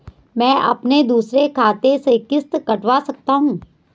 मैं अपने दूसरे खाते से किश्त कटवा सकता हूँ?